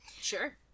Sure